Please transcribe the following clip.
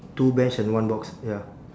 two bench and one box ya